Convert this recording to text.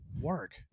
Work